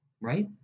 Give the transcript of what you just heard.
right